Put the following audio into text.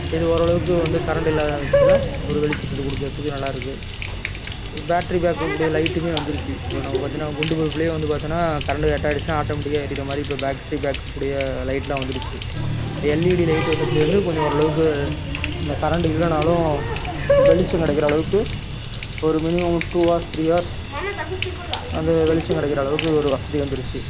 இது ஓரளவுக்கு வந்து கரண்ட் இல்லாத பட்சத்தில் ஒரு வெளிச்சத்தை கொடுக்கறதுக்கு நல்லாயிருக்கு பேட்ரி பேக்கப் உடைய லைட்டுமே வந்துடுச்சி இப்போ நம்ம பார்த்திங்கனா குண்டு பல்ப்லேயே வந்து பார்த்தோம்னா கரண்டு கட் ஆகிடுச்சுனா ஆட்டோமேட்டிக்காக எரிகிற மாதிரி இப்போ பேட்ரி பேக்கப் உடைய லைட்டுலாம் வந்துடுச்சு எல்இடி லைட் வந்ததுலேந்து கொஞ்சம் ஓரளவுக்கு அந்த கரண்ட் இல்லைனாலும் வெளிச்சம் கிடைக்கிற அளவுக்கு ஒரு minimum two hours three hours அந்த வெளிச்சம் கிடைக்குற அளவுக்கு ஒரு வசதி வந்துடுச்சி